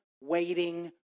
waiting